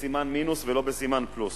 בסימן מינוס ולא בסימן פלוס.